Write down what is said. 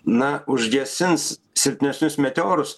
na užgesins silpnesnius meteorus